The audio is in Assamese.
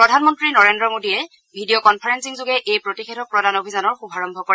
প্ৰধানমন্ত্ৰী নৰেন্দ্ৰ মোডীয়ে ভিডিঅ কনফাৰেন্সিং যোগে এই প্ৰতিয়েধক প্ৰদান অভিযানৰ শুভাৰম্ভ কৰে